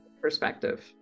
perspective